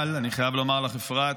אבל אני חייב לומר לך, אפרת,